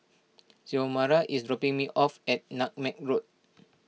Xiomara is dropping me off at Nutmeg Road